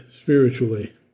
spiritually